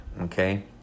okay